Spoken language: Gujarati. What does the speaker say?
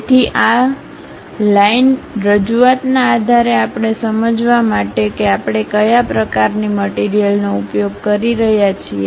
તેથી તે લાઇન રજૂઆતના આધારે આપણે સમજવા માટે કે આપણે કયા પ્રકારની મટીરીયલનો ઉપયોગ કરી રહ્યા છીએ